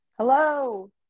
Hello